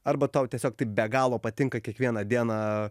arba tau tiesiog taip be galo patinka kiekvieną dieną